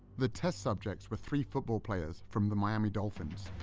the test subjects were three football players from the miami dolphins.